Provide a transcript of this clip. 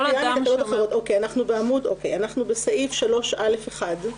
אנחנו בסעיף 3א(1),